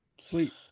Sweet